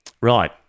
Right